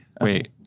Wait